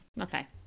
Okay